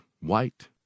white